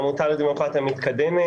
העמותה לדמוקרטיה מתקדמת